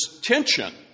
tension